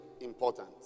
important